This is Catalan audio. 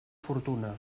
fortuna